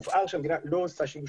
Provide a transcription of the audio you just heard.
הובהר שהמדינה לא עושה שימוש